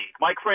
Mike